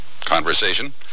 Conversation